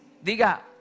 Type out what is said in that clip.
Diga